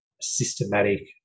systematic